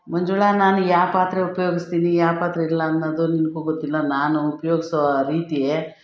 ಮಂಜುಳಾ ನಾನು ಯಾ ಪಾತ್ರೆ ಉಪಯೋಗಿಸ್ತೀನಿ ಯಾ ಪಾತ್ರೆ ಇಲ್ಲ ಅನ್ನೋದು ನಿನಗೂ ಗೊತ್ತಿಲ್ಲ ನಾನು ಉಪಯೋಗ್ಸೊ ರೀತಿ